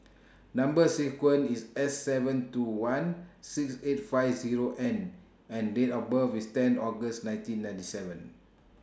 Number sequence IS S seven two one six eight five Zero N and Date of birth IS ten August nineteen ninety seven